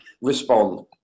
respond